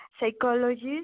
Psychologist